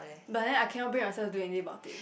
but then I cannot bring myself to do anything about it